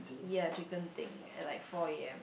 ya to Genting at like four A_M